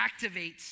activates